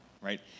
Right